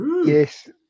Yes